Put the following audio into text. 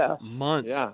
months